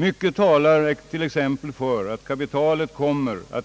Mycket talar t.ex. för att kapitalet